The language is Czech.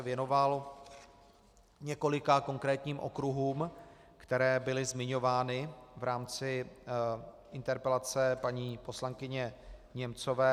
Věnoval jsem se několika konkrétním okruhům, které byly zmiňovány v rámci interpelace paní poslankyně Němcové.